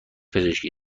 پزشکی